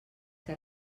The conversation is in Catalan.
que